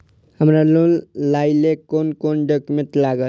हमरा लोन लाइले कोन कोन डॉक्यूमेंट लागत?